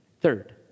Third